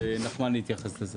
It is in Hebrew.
נחמני יתייחס לזה,